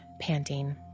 panting